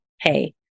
hey